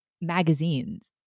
magazines